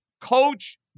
Coach